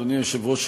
אדוני היושב-ראש,